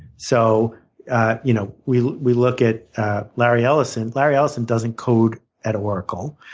so you know we we look at at larry ellison. larry ellison doesn't code at oracle.